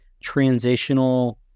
transitional